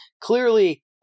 clearly